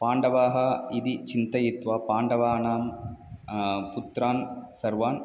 पाण्डवाः इति चिन्तयित्वा पाण्डवानां पुत्रान् सर्वान्